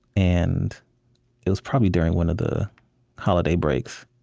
and it was probably during one of the holiday breaks.